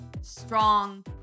strong